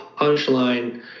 punchline